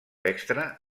extra